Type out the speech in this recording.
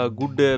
good